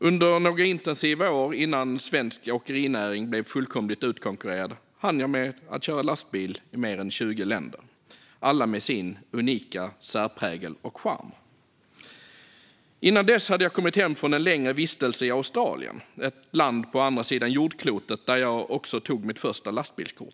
Under några intensiva år, innan svensk åkerinäring blev fullkomligt utkonkurrerad, hann jag med att köra lastbil i mer än 20 länder, alla med sin unika särprägel och charm. Innan dess hade jag kommit hem från en längre vistelse i Australien, ett land på andra sidan jordklotet där jag också tog mitt första lastbilskort.